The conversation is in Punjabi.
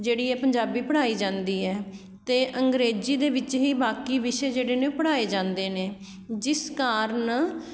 ਜਿਹੜੀ ਹੈ ਪੰਜਾਬੀ ਪੜ੍ਹਾਈ ਜਾਂਦੀ ਹੈ ਅਤੇ ਅੰਗਰੇਜ਼ੀ ਦੇ ਵਿੱਚ ਹੀ ਬਾਕੀ ਵਿਸ਼ੇ ਜਿਹੜੇ ਨੇ ਪੜ੍ਹਾਏ ਜਾਂਦੇ ਨੇੇ ਜਿਸ ਕਾਰਨ